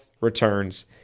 returns